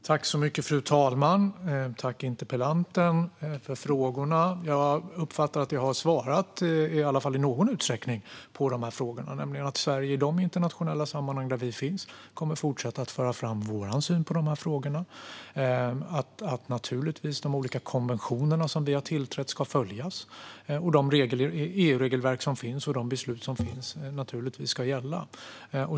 Fru talman! Jag tackar interpellanten för frågorna. Jag uppfattar att jag i alla fall i någon utsträckning har svarat på frågorna, nämligen att Sverige i de internationella sammanhang där vi finns kommer att fortsätta föra fram vår syn på dessa frågor. De konventioner vi har tillträtt ska naturligtvis följas, och de EU-regelverk och beslut som finns ska naturligtvis gälla.